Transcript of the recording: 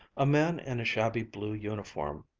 a man in a shabby blue uniform,